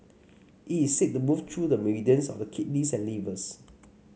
it is said to move through the meridians of the kidneys and livers